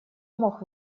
мог